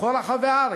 בכל רחבי הארץ.